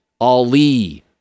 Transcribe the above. Ali